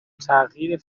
تغییر